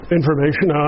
information